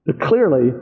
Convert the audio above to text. Clearly